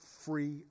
free